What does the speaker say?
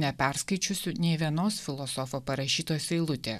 neperskaičiusių nei vienos filosofo parašytos eilutės